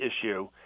issue